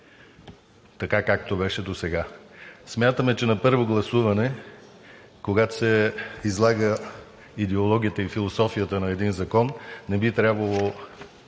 както беше досега. Смятаме, че на първо гласуване, когато се излага философията на един закон, не би трябвало